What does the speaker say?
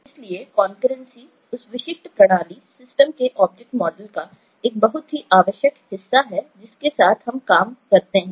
इसलिए कॉन्करेन्सी के object model का एक बहुत ही आवश्यक हिस्सा है जिसके साथ हम काम करते हैं